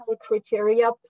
criteria